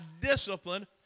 discipline